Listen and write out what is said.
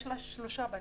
יש לה שלושה בנים: